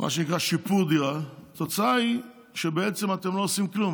מה שנקרא "שיפור דירה" התוצאה היא שבעצם אתם לא עושים כלום.